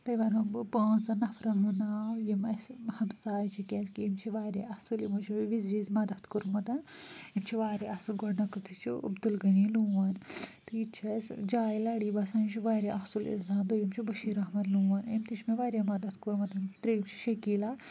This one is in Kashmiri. تۄہہِ وَنو بہٕ پانٛژَن نَفرَن ہُنٛد ناو یِم اَسہِ ہمساے چھِ کیٛازِکہِ یِم چھِ واریاہ اَصٕل یِمو چھُ مےٚ وِزِ وِزِ مَدتھ کوٚرمُت یِم چھِ واریاہ اَصٕل گۄڈٕنُکٕتھٕے چھُ عبدالغنی لون تہٕ یِتہِ چھِ اَسہِ جاے لری بَسان یہِ چھُ واریاہ اَصٕل اِنسان دوٚیِم چھُ بٔشیٖر احمد لون أمۍ تہِ چھِ مےٚ واریاہ مَدتھ کوٚرمُت ترٛیِم چھِ شکیٖلا